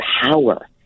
power